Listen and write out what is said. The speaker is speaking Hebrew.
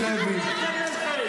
בעיניי מעשה שלא ייעשה.